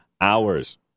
hours